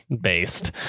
based